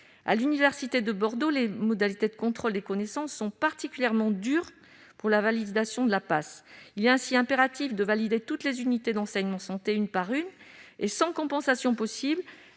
À l'université de Bordeaux, les modalités de contrôle des connaissances sont particulièrement dures pour la validation du PASS : il est ainsi impératif de valider toutes les unités d'enseignement (UE) santé, une par une, et sans compensation possible,